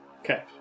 Okay